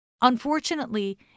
Unfortunately